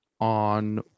on